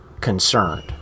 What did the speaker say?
concerned